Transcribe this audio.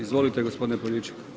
Izvolite gospodine Poljičak.